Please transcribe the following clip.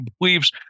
believes